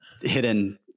hidden